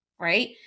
right